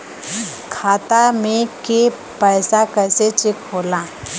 खाता में के पैसा कैसे चेक होला?